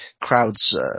crowds